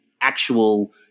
actual